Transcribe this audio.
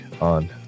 on